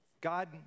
God